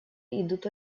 идут